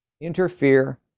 interfere